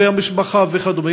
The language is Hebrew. והמשפחה וכדומה,